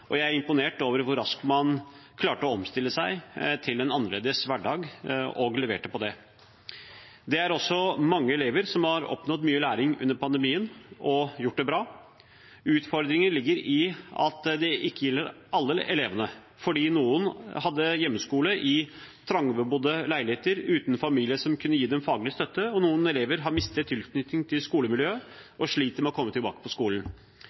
og jeg er imponert over hvor raskt man klarte å omstille seg til en annerledes hverdag og leverte på det. Det er også mange elever som har oppnådd mye læring under pandemien og gjort det bra. Utfordringen ligger i at det ikke gjelder alle elevene, fordi noen hadde hjemmeskole i trangbodde leiligheter uten familie som kunne gi dem faglig støtte, og noen elever har mistet tilknytningen til skolemiljøet og sliter med å komme tilbake på skolen.